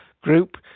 group